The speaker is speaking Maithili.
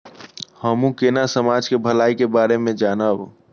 हमू केना समाज के भलाई के बारे में जानब?